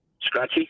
Scratchy